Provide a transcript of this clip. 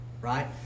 Right